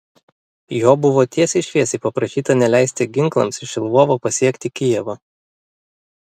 jo buvo tiesiai šviesiai paprašyta neleisti ginklams iš lvovo pasiekti kijevo